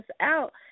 out